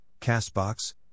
Castbox